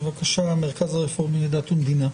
המרכז הרפורמי לדת ומדינה,